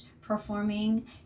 performing